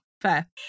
fair